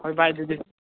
ꯍꯣꯏ ꯕꯥꯏ ꯑꯗꯨꯗꯤ